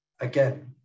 again